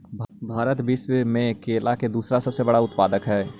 भारत विश्व में केला के दूसरा सबसे बड़ा उत्पादक हई